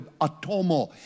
atomo